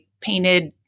painted